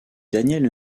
daniel